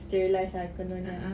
sterilise ah kononnya